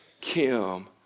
Kim